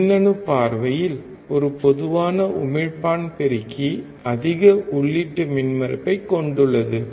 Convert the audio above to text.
மின்னணு பார்வையில் ஒரு பொதுவான உமிழ்ப்பான் பெருக்கி அதிக உள்ளீட்டு மின்மறுப்பைக் கொண்டுள்ளது